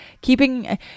keeping